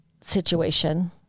situation